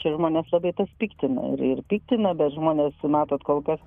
čia žmones labai tas piktina ir piktina bet žmonės matot kol kas